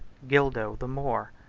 gildo, the moor,